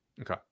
Okay